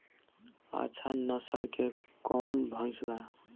अच्छा नस्ल के कौन भैंस बा?